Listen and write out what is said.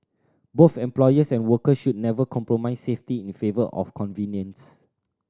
both employers and workers should never compromise safety in favour of convenience